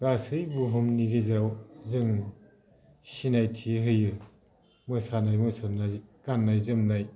गासै बुहुमनि गेजेराव जों सिनायथि होयो मोसानाय मुसुरनाय गाननाय जोमनाय